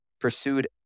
pursued